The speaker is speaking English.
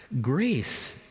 grace